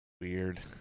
Weird